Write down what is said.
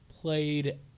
played